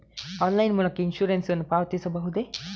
Online ಮೂಲಕ insurance ನ್ನು ಪಾವತಿಸಬಹುದೇ?